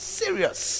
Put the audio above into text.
serious